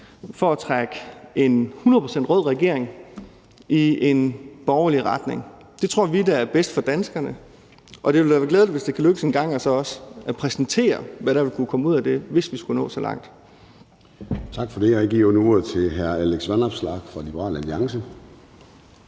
for at trække en 100 pct. rød regering i en borgerlig retning. Det tror vi er bedst for danskerne, og det vil da også være glædeligt, hvis det kan lykkes engang at præsentere, hvad der vil kunne komme ud af det, hvis vi skulle nå så langt. Kl. 14:12 Formanden (Søren Gade): Tak for det. Og jeg giver nu ordet til hr. Alex Vanopslagh fra Liberal Alliance.